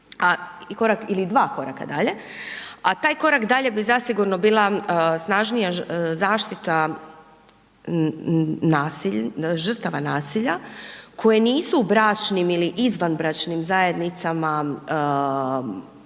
ili dva koraka dalje, a taj korak dalje bi zasigurno bila snažnija zaštita žrtava nasilja koji nisu u bračnim ili izvanbračnim zajednicama, koje